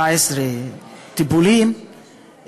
17 טיפולים,